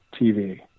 TV